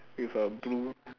with a blue